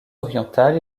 orientale